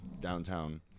downtown